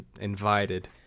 invited